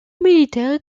militaires